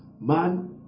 man